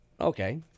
Okay